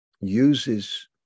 uses